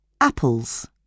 Apples